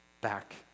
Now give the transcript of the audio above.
back